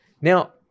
Now